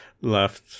left